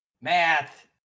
Math